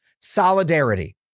solidarity